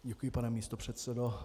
Děkuji, pane místopředsedo.